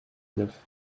neuf